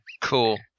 Cool